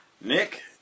Nick